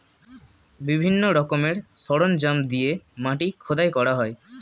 বিভিন্ন রকমের সরঞ্জাম দিয়ে মাটি খোদাই করা হয়